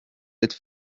êtes